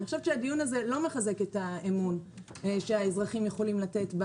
הדיון הזה לא מחזק את האמון שהאזרחים יכולים לתת,